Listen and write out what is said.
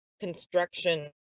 construction